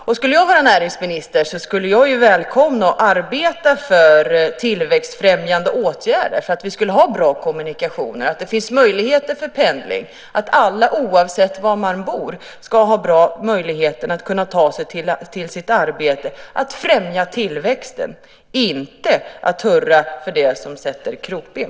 Om jag vore näringsminister skulle jag välkomna att arbeta för tillväxtfrämjande åtgärder, att vi ska ha bra kommunikationer, att det finns möjligheter till pendling, att alla oavsett var de bor ska ha bra möjligheter att ta sig till arbetet, att främja tillväxten - inte att hurra för det som sätter krokben.